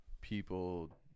people